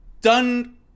done